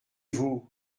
vous